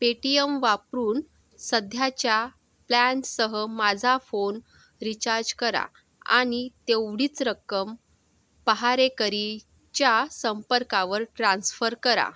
Paytm वापरून सध्याच्या प्लॅनसह माझा फोन रिचार्ज करा आणि तेवढीच रक्कम पहारेकरीच्या संपर्कावर ट्रान्सफर करा